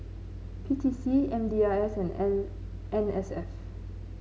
P T C M D I S and N N S F